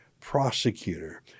prosecutor